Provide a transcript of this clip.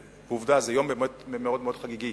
ועובדה, זה יום באמת מאוד מאוד חגיגי.